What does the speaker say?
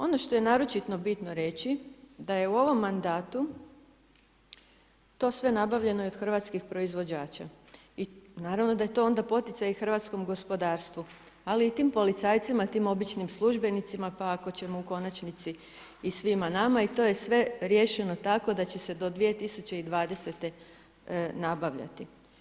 Ono što je naročito bitno reći daje u ovom mandatu to sve nabavljeno od hrvatskih proizvođača i naravno da je to onda poticaj i hrvatskom gospodarstvu, ali i tim policajcima i tim običnim službenicima pa ako ćemo u konačnici i svima nama i to je sve riješeno tako da će se do 2020. nabavljati.